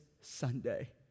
Sunday